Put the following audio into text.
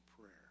prayer